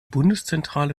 bundeszentrale